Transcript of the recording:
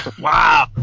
Wow